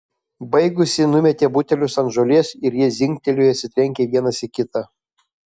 baigusi numetė butelius ant žolės ir jie dzingtelėjo atsitrenkę vienas į kitą